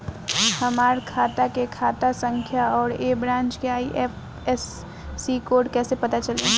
हमार खाता के खाता संख्या आउर ए ब्रांच के आई.एफ.एस.सी कोड कैसे पता चली?